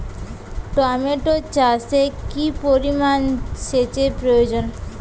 Tomato চাষে কি পরিমান সেচের প্রয়োজন?